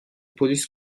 polis